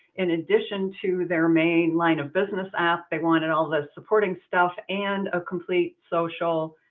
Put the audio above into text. in addition to their main line of business app, they wanted all the supporting stuff and a complete social